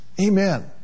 Amen